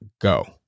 go